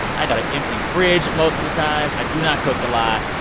i got an empty fridge most of the time. i do not cook a lot.